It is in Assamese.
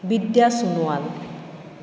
বিদ্যা সোণোৱাল